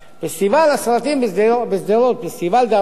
פסטיבל הסרטים בשדרות, פסטיבל דרום,